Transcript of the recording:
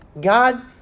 God